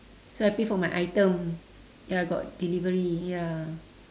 so I pay for my item ya got delivery ya